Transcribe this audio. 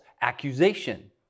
accusation